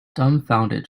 dumbfounded